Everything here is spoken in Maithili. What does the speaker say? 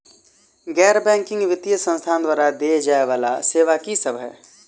गैर बैंकिंग वित्तीय संस्थान द्वारा देय जाए वला सेवा की सब है?